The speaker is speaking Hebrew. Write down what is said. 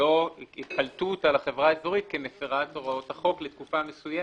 שלא קלטו אותה לחברה אזורית כמפרת הוראות החוק לתקופה מסוימת,